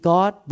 God